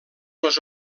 les